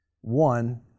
One